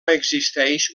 existeix